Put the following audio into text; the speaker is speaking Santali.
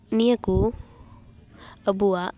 ᱱᱤᱭᱟᱹ ᱠᱚ ᱟᱵᱚᱣᱟᱜ